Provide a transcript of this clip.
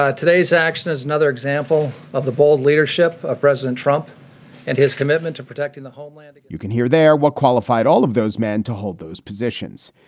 ah today's action is another example of the bold leadership of president trump and his commitment to protecting the homeland you can hear they're well qualified, all of those men, to hold those positions.